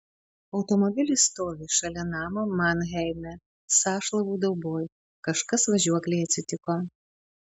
automobilis stovi šalia namo manheime sąšlavų dauboj kažkas važiuoklei atsitiko